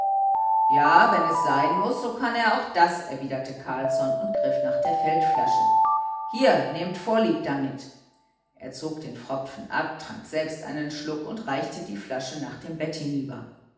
ja wenn es sein muß so kann er auch das erwiderte carlsson und griff nach der feldflasche hier nehmt vorlieb damit er zog den pfropfen ab trank selbst einen schluck und reichte die flasche nach dem bett hinüber